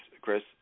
Chris